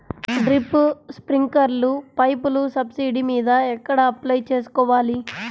Drip, స్ప్రింకర్లు పైపులు subsidy మీద ఎక్కడ అప్లై చేసుకోవాలి?